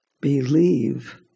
believe